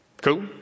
Cool